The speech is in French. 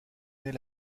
naît